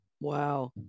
wow